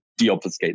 deobfuscate